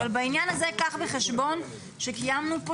אבל בעניין הזה קח בחשבון שקיימנו פה